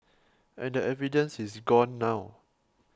and the evidence is gone now